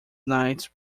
nights